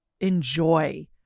enjoy